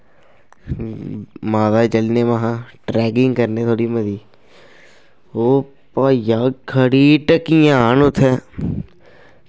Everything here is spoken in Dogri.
माता दे चलने आं महां ट्रैेकिंग करने आं थोह्ड़ी मती ओह् भाइया खड़ी टक्कियां न उत्थैं